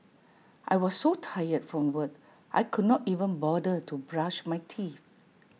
I was so tired from work I could not even bother to brush my teeth